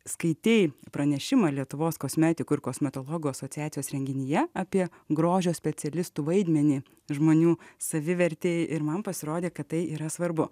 skaitei pranešimą lietuvos kosmetikos kosmetologų asociacijos renginyje apie grožio specialistų vaidmenį žmonių savivertė ir man pasirodė kad tai yra svarbu